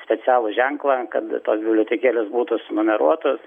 specialų ženklą kad tos bibliotekėlės būtų sunumeruotos